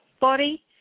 body